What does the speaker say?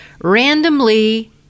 randomly